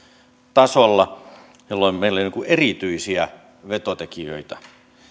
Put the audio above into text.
tasolla jolloin meillä ei ole erityisiä vetotekijöitä